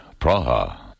Praha